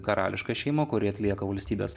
karališka šeima kuri atlieka valstybės